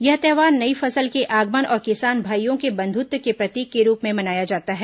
यह त्यौहार नई फसल के आगमन और किसान भाईयों के बधुंत्व के प्रतीक के रूप में मनाया जाता है